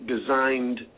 designed